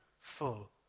full